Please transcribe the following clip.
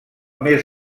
més